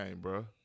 bro